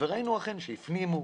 במשטרה הפנימו,